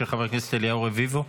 של חבר הכנסת אליהו רביבו.